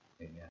Amen